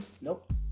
Nope